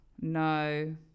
No